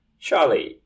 Charlie